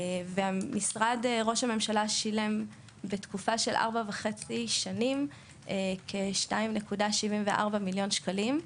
משרד ראש הממשלה שילם בתקופה של ארבע שנים וחצי כ-2.74 מיליון שקלים,